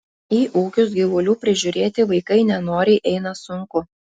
į ūkius gyvulių prižiūrėti vaikai nenoriai eina sunku